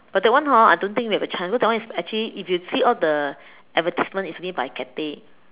but that one hor I don't think we have a chance because that one is actually if you see all the advertisement is made by Cathay